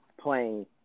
playing